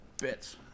bits